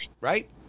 Right